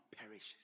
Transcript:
perishes